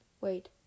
wait